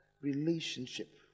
relationship